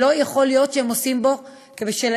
ולא יכול להיות שהם עושים בו כבשלהם.